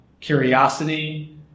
curiosity